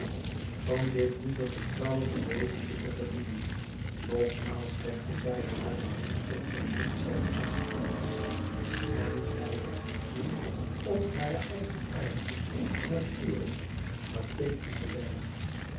van dit lieve vertrouwende wezentje te verdienen nogmaals legde zij hare hand op zijn mond zeggende sst en zeide hem toen op hare eigenaardige natuurlijke pathetische wijs